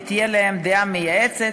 ותהיה להם דעה מייעצת,